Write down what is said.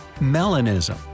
Melanism